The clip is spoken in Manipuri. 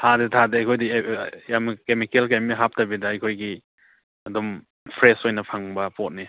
ꯊꯥꯗꯦ ꯊꯥꯗꯦ ꯑꯩꯈꯣꯏꯗꯤ ꯌꯥꯝꯅ ꯀꯦꯃꯤꯀꯦꯜ ꯀꯔꯤ ꯑꯃꯠꯇ ꯍꯥꯞꯇꯕꯤꯗ ꯑꯩꯈꯣꯏꯒꯤ ꯑꯗꯨꯝ ꯐ꯭ꯔꯦꯁ ꯑꯣꯏꯅ ꯐꯪꯕ ꯄꯣꯠꯅꯤ